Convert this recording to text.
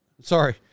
sorry